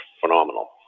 phenomenal